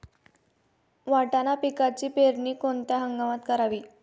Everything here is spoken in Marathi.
वाटाणा पिकाची पेरणी कोणत्या हंगामात करावी?